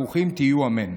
ברוכים תהיו, אמן.